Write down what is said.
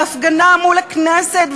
בהפגנה מול הכנסת,